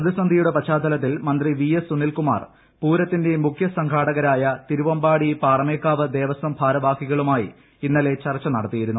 പ്രതിസന്ധിയുടെ പശ്ചാത്തലത്തിൽ മന്ത്രി വി എസ് സുനിൽകുമാർ പൂരത്തിന്റെ മുഖ്യ സംഘാടകരായ തിരുവമ്പാടി പാറമേക്കാവ് ദേവസ്വം ഭാരവാഹികളുമായി ഇന്നലെ ചർച്ച നടത്തിയിരുന്നു